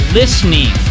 listening